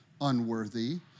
unworthy